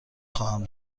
خواهم